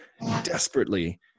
desperately